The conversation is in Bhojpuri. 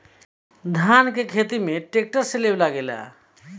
धान के खेत में ट्रैक्टर से लेव लागेला